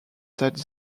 that